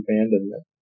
abandonment